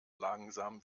langsam